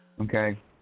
Okay